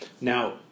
Now